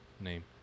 name